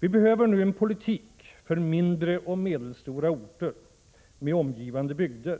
Vi behöver nu en politik för mindre och medelstora orter med omgivande bygder.